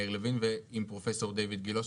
מאיר לוין ועם פרופסור מאיר גילה,